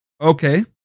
Okay